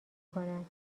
کند